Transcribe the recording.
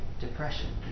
depression